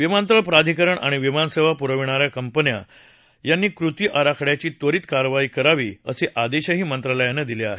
विमानतळ प्राधिकरण आणि विमानसेवा पुरविणाऱ्या कंपन्या यांनी कृतीआराखड्याची त्वरित कार्यवाही करावी असे आदेशही मंत्रालयानं दिले आहेत